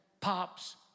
pops